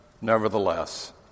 Nevertheless